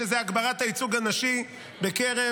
שזה הגברת הייצוג הנשי בקרב